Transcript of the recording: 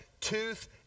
tooth